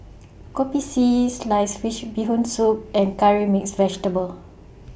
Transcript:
Kopi C Sliced Fish Bee Hoon Soup and Curry Mixed Vegetable